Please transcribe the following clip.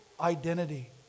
identity